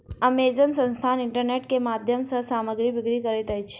Amazon संस्थान internet के माध्यम सॅ सामग्री बिक्री करैत अछि